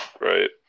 Right